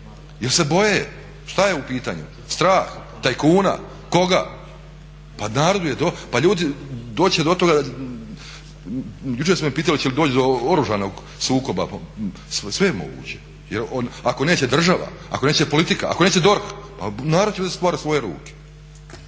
jer se boje. Šta je u pitanju strah, tajkuna, koga. Pa narodu je dosta. Pa ljudi, doći će do toga, jučer su me pitali hoće li doći do oružanog sukoba? Sve je moguće, jer ako neće država, ako neće politika, ako neće DORH, pa narod će uzeti stvar u svoje ruke.